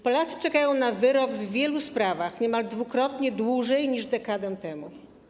Polacy czekają na wyrok w wielu sprawach niemal dwukrotnie dłużej niż dekadę temu.